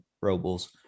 Robles